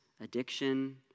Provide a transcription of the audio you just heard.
addiction